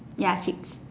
ya chicks